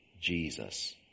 Jesus